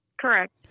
Correct